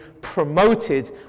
promoted